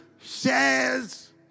shares